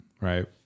right